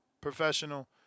professional